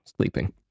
sleeping